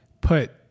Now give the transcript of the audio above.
put